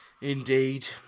Indeed